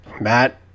matt